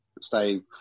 stay